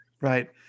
Right